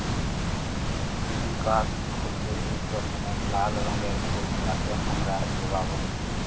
hibiscus হচ্যে এক রকমের লাল রঙের ফুল যাকে হামরা জবা ব্যলি